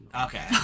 Okay